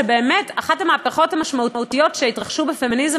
שבאמת אחת המהפכות המשמעותיות שהתרחשו בפמיניזם